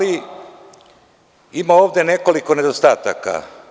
Ima ovde nekoliko nedostataka.